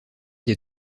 des